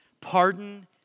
pardon